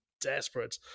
desperate